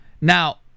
Now